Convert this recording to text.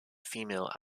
female